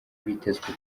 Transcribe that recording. bitezwe